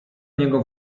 niego